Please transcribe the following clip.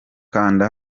kanda